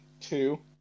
two